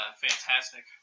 fantastic